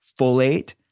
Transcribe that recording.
folate